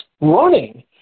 running